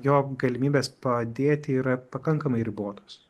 jo galimybės padėti yra pakankamai ribotos